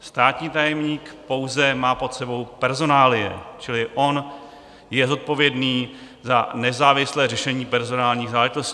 Státní tajemník pouze má pod sebou personálie, čili on je zodpovědný za nezávislé řešení personálních záležitostí.